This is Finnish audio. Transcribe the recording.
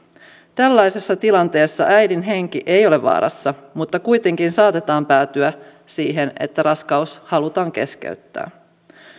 tällaisessa tilanteessa äidin henki ei ole vaarassa mutta kuitenkin saatetaan päätyä siihen että raskaus halutaan keskeyttää